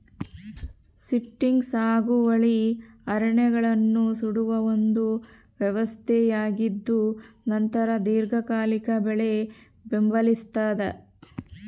shifting ಸಾಗುವಳಿ ಅರಣ್ಯಗಳನ್ನು ಸುಡುವ ಒಂದು ವ್ಯವಸ್ಥೆಯಾಗಿದ್ದುನಂತರ ದೀರ್ಘಕಾಲಿಕ ಬೆಳೆ ಬೆಂಬಲಿಸ್ತಾದ